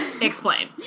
explain